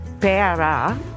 Pera